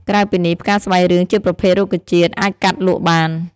ក្រៅពីនេះ ផ្កាស្បៃរឿងជាប្រភេទរុក្ខជាតិអាចកាត់លក់បាន។